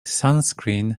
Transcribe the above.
sunscreen